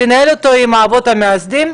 תנהל אותו עם האבות המייסדים,